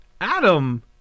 Adam